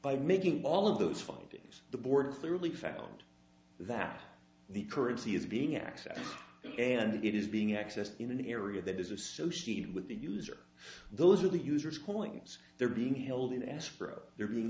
by making all of those five days the border thoroughly found that the currency is being accessed and it is being accessed in an area that is associated with the user those are the users coins they're being held in escrow they're being